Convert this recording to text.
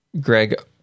Greg